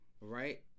right